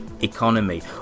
economy